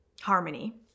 harmony